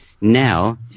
Now